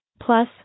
Plus